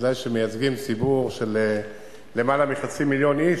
ודאי כשמייצגים ציבור של יותר מחצי מיליון איש,